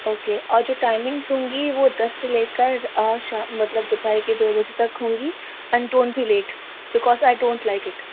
okay اور جو timings ہوں گی وہ دس سے لے کر آج شا مطلب دوپہر دو بجے تک ہوں گی and don't be late because I don't like it